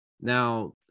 Now